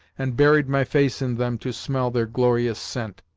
and buried my face in them to smell their glorious scent.